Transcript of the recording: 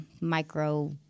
micro-